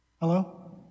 Hello